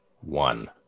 One